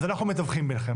אז אנחנו מתווכחים ביניכם.